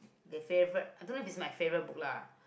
the favourite I don't know if it's my favourite book lah